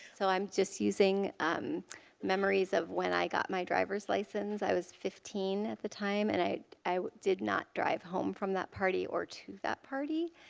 so i'm just using memories of when i got my driver's license, i was fifteen, at the time. and i i did not drive home from that party or to that party.